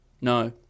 No